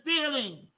feeling